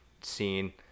scene